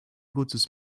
gutes